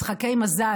משחקי מזל,